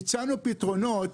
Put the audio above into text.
הצענו פתרונות